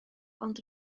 ond